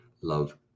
love